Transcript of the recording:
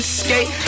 skate